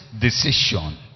decision